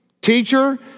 Teacher